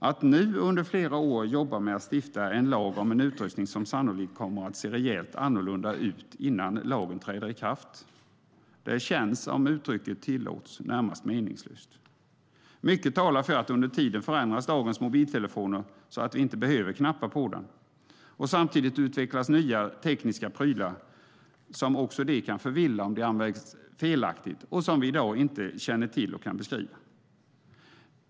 Att nu under flera år jobba med att stifta en lag om en utrustning som sannolikt kommer att se rejält annorlunda ut innan lagen träder i kraft känns, om uttrycket tillåts, närmast meningslöst. Mycket talar för att dagens mobiltelefoner förändras under tiden så att vi inte behöver knappa på dem. Samtidigt utvecklas nya tekniska prylar som också kan förvilla om de används felaktigt. Men i dag känner vi inte till och kan beskriva dem.